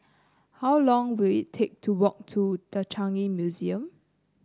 how long will it take to walk to The Changi Museum